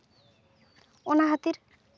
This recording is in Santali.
ᱚᱱᱟ ᱠᱷᱟᱹᱛᱤᱨ